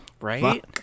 Right